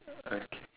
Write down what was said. okay